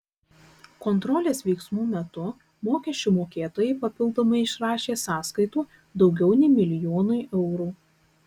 kontrolės veiksmų metu mokesčių mokėtojai papildomai išrašė sąskaitų daugiau nei milijonui eurų